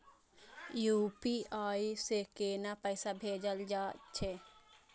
UPI से केना पैसा भेजल जा छे?